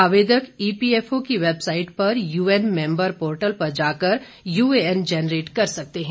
आवेदक ईपीएफओ की वेबसाइट पर यूएन मेंबर पोर्टल पर जाकर यूएएन जेनरेट कर सकते हैं